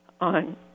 on